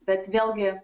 bet vėlgi